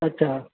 अच्छा